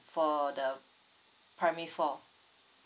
for the primary four